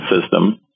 system